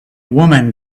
woman